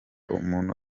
umuntu